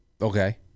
Okay